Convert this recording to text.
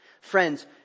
Friends